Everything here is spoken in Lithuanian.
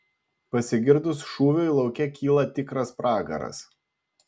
pasigirdus šūviui lauke kyla tikras pragaras